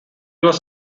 was